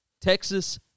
Texas